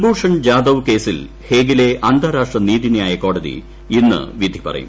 കുൽഭൂഷൺ ജാദവ് കേസിൽ ഹേഗിലെ അന്താരാഷ്ട്ര നീതിന്യായ കോടതി ഇന്ന് വിധി പറയും